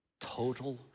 Total